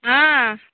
ହଁ